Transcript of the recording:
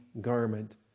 garment